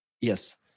Yes